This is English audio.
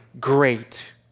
great